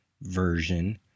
version